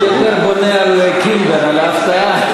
הוא יותר בונה על "קינדר", על ההפתעה.